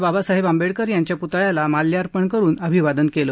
बाबासाहेब आंबेडकर यांच्या पुतळ्याला माल्यार्पण करुन अभिवादन केले